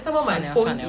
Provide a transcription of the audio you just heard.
算了算了